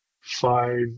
five